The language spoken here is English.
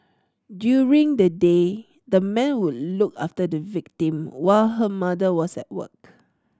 during the day the man would look after the victim while her mother was at work